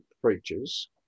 preachers